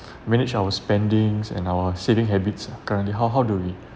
manage our spendings and our saving habits ah currently how how do we